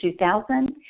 2000